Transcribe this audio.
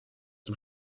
zum